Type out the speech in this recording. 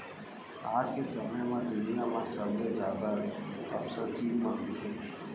आज के समे म दुनिया म सबले जादा कपसा चीन म होथे